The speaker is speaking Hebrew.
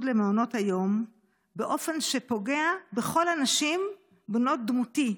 למעונות היום באופן שפוגע בכל הנשים בנות דמותי.